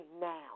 now